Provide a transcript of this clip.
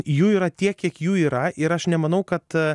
jų yra tiek kiek jų yra ir aš nemanau kad